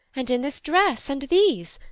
and in this dress? and these?